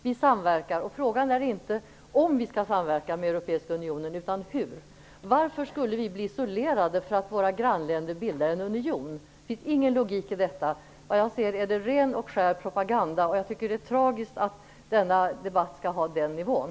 Vi samverkar. Frågan är inte om vi skall samverka med Europeiska unionen utan hur. Varför skulle vi bli isolerade för att våra grannländer bildar en union? Det finns ingen logik i detta. Jag ser det som ren och skär propaganda. Jag tycker att det är tragiskt att debatten skall ha den nivån.